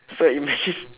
so imagine